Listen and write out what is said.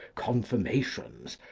confirmations,